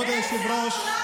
כבוד היושב-ראש, באיזה עוד עולם